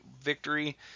victory